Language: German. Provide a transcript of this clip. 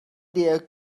der